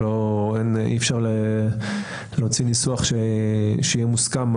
אי אפשר להוציא ניסוח שיהיה מוסכם.